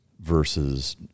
Versus